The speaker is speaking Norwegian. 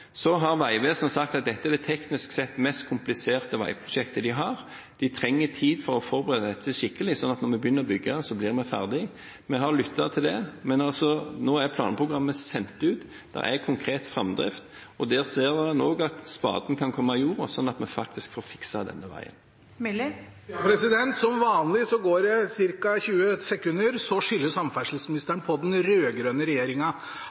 har Vegvesenet sagt at dette er det teknisk sett mest kompliserte veiprosjektet de har. De trenger tid til å forberede dette skikkelig, sånn at når vi begynner å bygge, blir vi ferdige. Vi har lyttet til det. Men nå er planprogrammet sendt ut, det er konkret framdrift, og man ser at spaden kan komme i jorda, sånn at vi faktisk får fikset denne veien. Som vanlig går det ca. 20 sekunder før samferdselsministeren skylder